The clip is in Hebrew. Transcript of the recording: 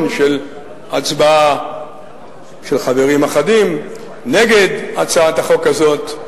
של הצבעה של חברים אחדים נגד הצעת החוק הזאת.